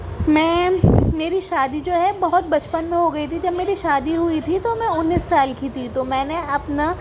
میں میری شادی جو ہے بہت بچپن میں ہو گئی تھی جب میری شادی ہوئی تھی میں انیس سال کی تھی تو میں نا اپنا